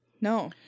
No